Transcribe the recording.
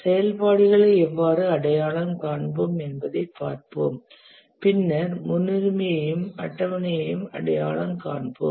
செயல்பாடுகளை எவ்வாறு அடையாளம் காண்போம் என்பதைப் பார்ப்போம் பின்னர் முன்னுரிமையையும் அட்டவணையையும் அடையாளம் காண்போம்